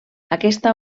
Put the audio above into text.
aquesta